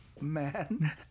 man